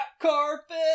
carpet